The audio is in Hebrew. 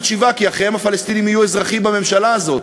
שיבה כי אחיהם הפלסטינים יהיו אזרחים בממשלה הזאת.